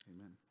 Amen